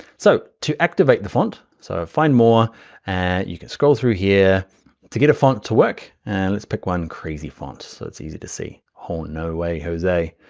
so to activate the font, so find more and you could scroll through here to get a font to work. and let's pick one crazy font that's easy to see. no way, jose.